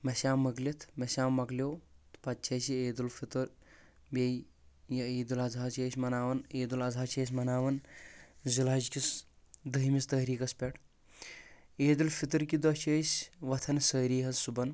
ماہ سیام مۄکلِتھ ماہ سیام مۄکلیو تہٕ پتہٕ چھِ اسہِ یہِ عید الفطر بییٚہِ یا عید الاضحی چھِ أسۍ مناوان عید الاضحی چھِ أسۍ مناوان ذالحج کِس دہمِس تٲریٖخس پٮ۪ٹھ عید الفطر کہِ دۄہ چھِ أسۍ وۄتھان سٲری حظ صبحن